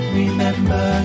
remember